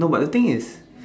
no but the thing is